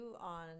on